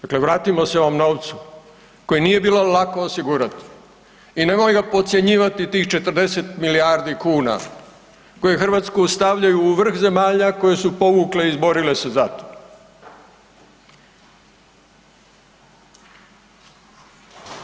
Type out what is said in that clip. Dakle, vratimo se ovom novcu koji nije bilo lako osigurati i nemojmo podcjenjivati tih 40 milijardi kuna koje Hrvatsku stavljaju u vrh zemalja koje su povukle i izborile se za to.